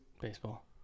Baseball